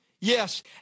Yes